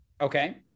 okay